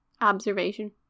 observation